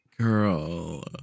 girl